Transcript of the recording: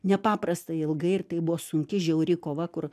nepaprastai ilgai ir tai buvo sunki žiauri kova kur